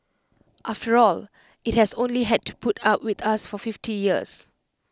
after all IT has only had to put up with us for fifty years